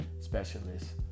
specialists